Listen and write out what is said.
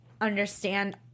understand